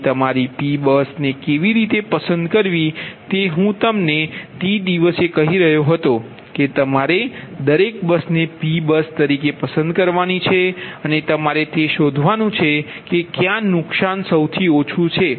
અને તમારી P બસને કેવી રીતે પસંદ કરવી તે હું તમને તે દિવસે કહી રહ્યો હતો કે તમારે દરેક બસને P બસ તરીકે પસંદ કરવાની છે અને તમારે તે જોવાનું છે કે ક્યાં નુકસાન ઓછું છે